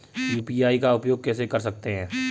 UPI का उपयोग कैसे कर सकते हैं?